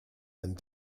and